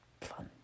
Fun